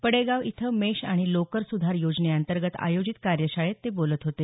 पडेगाव इथं मेष आणि लोकर सुधार योजनेअंतर्गत आयोजित कार्यशाळेत ते बोलत होते